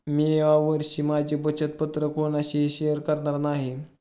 मी या वर्षी माझी बचत पत्र कोणाशीही शेअर करणार नाही